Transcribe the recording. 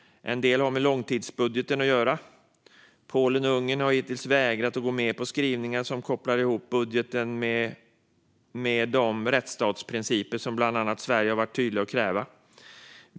En del har med långtidsbudgeten att göra. Polen och Ungern har hittills vägrat att gå med på skrivningar som kopplar ihop budgeten med de rättsstatsprinciper som bland annat Sverige tydligt krävt.